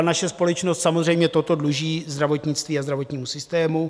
Naše společnost samozřejmě toto dluží zdravotnictví a zdravotnímu systému.